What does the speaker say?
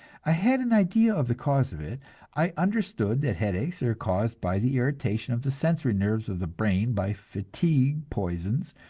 i had an idea of the cause of it i understood that headaches are caused by the irritation of the sensory nerves of the brain by fatigue poisons,